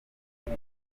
ubu